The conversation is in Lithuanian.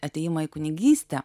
atėjimą į kunigystę